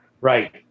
Right